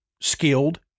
skilled